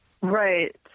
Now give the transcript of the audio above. right